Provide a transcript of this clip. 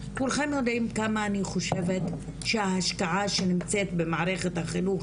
כולכם יודעים כמה אני חושבת שהשקעה שנמצאת במערכת החינוך